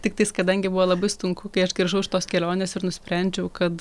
tiktais kadangi buvo labai sunku kai aš grįžau iš tos kelionės ir nusprendžiau kad